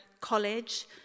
college